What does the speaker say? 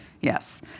Yes